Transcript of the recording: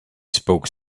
spoke